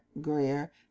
Greer